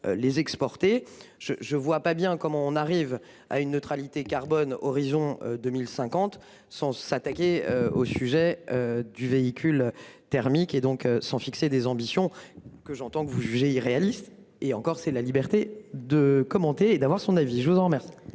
les exporter je je vois pas bien comment on arrive à une neutralité carbone horizon 2050 sans s'attaquer au sujet du véhicule thermique et donc sans fixer des ambitions que j'entends que vous jugez irréaliste et encore c'est la liberté de commenter et d'avoir son avis, je vous en remercie.